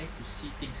to see things